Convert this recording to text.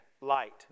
light